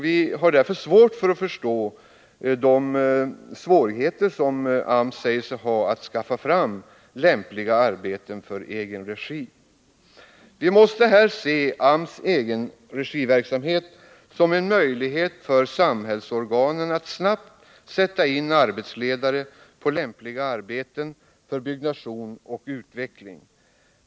Vi har därför svårt att förstå de svårigheter AMS säger sig ha att skaffa fram lämpliga arbeten för egenregiverksamhet. Vi måste här se AMS egen regiverksamhet som en möjlighet för samhällsorganen att snabbt sätta in arbetsledare på lämpliga arbeten för byggnation och utveckling.